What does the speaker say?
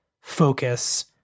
focus